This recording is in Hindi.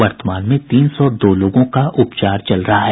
वर्तमान में तीन सौ दो लोगों का उपचार चल रहा है